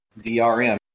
DRM